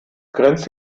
grenzt